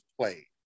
played